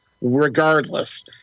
regardless